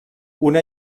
una